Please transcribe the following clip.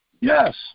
Yes